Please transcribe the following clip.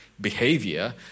behavior